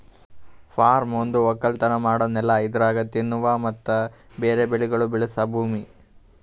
form ಒಂದು ಒಕ್ಕಲತನ ಮಾಡೋ ನೆಲ ಇದರಾಗ್ ತಿನ್ನುವ ಮತ್ತ ಬೇರೆ ಬೆಳಿಗೊಳ್ ಬೆಳಸ ಭೂಮಿ